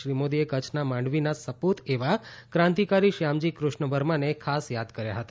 શ્રી મોદીએ કચ્છના માંડવીના સપૂત એવા ક્રાંતિકારી શ્યામજી ક્રષ્ણ વર્માને ખાસ યાદ કર્યા હતા